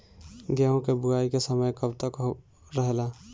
गेहूँ के बुवाई के समय कब तक रहेला?